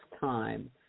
time